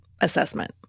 assessment